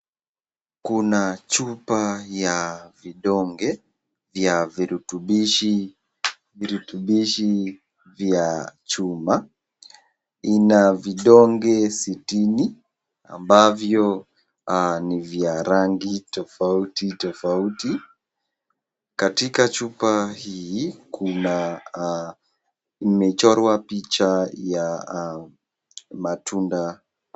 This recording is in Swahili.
Kuna chupa ya vidonge ya virutubishi vya chuma, ina vidonge sitini ambavyo ni vya rangi tofauti tofauti. Katika chupa hii, kuna imechorwa picha ya matunda.